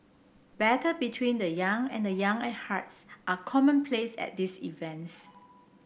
battle between the young and the young at hearts are commonplace at these events